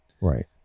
Right